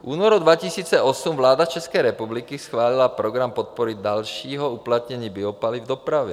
V únoru 2008 vláda České republiky schválila program podpory dalšího uplatnění biopaliv v dopravě.